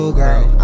girl